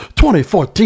2014